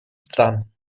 стран